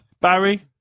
Barry